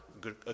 good